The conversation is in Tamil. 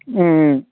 ம்